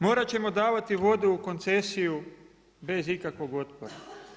Morat ćemo davati vodu u koncesiju, bez ikakvog otpora.